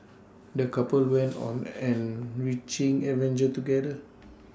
the couple went on enriching adventure together